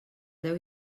deu